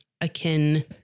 akin